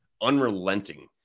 unrelenting